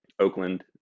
Oakland